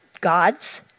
gods